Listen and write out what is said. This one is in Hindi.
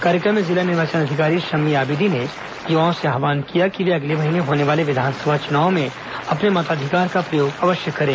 कार्यक्रम में जिला निर्वाचन अधिकारी शम्मी आबिदी ने युवाओं से आव्हान किया कि अगले महीने होने वाले विधानसभा चुनाव में वे अपने मताधिकार का प्रयोग अवश्य करें